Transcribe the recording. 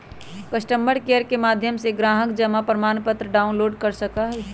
customer care के माध्यम से ग्राहक जमा प्रमाणपत्र डाउनलोड कर सका हई